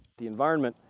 the environment,